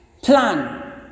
plan